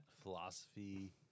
philosophy